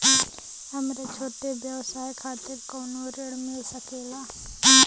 हमरे छोट व्यवसाय खातिर कौनो ऋण मिल सकेला?